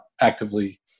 actively